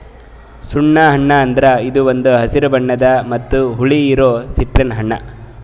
ಸುಣ್ಣ ಹಣ್ಣ ಅಂದುರ್ ಇದು ಒಂದ್ ಹಸಿರು ಬಣ್ಣದ್ ಮತ್ತ ಹುಳಿ ಇರೋ ಸಿಟ್ರಸ್ ಹಣ್ಣ